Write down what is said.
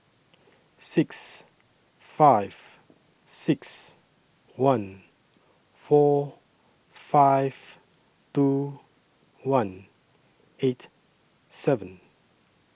six five six one four five two one eight seven